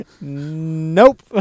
Nope